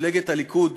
מפלגות הליכוד,